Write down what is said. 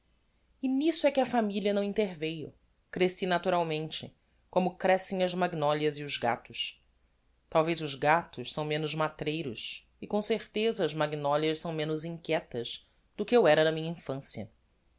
e nisso é que a familia não interveiu cresci naturalmente como crescem as magnolias e os gatos talvez os gatos são menos matreiros e com certeza as magnolias são menos inquietas do que eu era na minha infancia